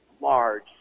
large